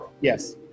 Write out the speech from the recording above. Yes